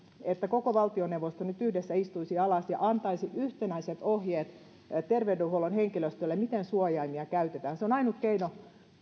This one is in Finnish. että koko valtioneuvosto nyt yhdessä istuisi alas ja antaisi yhtenäiset ohjeet terveydenhuollon henkilöstölle miten suojaimia käytetään se on ainut keino